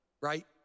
right